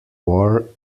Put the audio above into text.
war